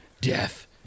death